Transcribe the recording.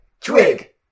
Twig